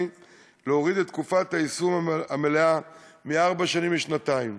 להוריד את תקופת היישום המלאה מארבע שנים לשנתיים.